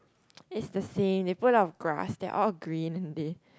it's the same they put a lot of grass they are all green and they